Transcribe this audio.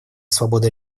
свободы